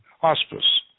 hospice